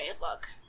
look